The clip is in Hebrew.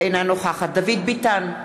אינה נוכחת דוד ביטן,